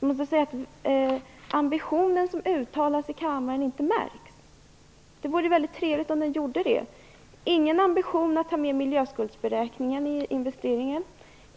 Jag måste säga att den ambition som uttalas i kammaren inte märks. Det vore trevligt om den gjorde det. Det finns ingen ambition att ta med miljöskuldsberäkningen när det gäller investeringar,